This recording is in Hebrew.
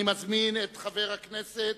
את חבר הכנסת